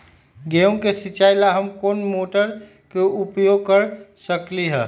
गेंहू के सिचाई ला हम कोंन मोटर के उपयोग कर सकली ह?